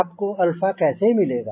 आपको अल्फा कैसे मिलेगा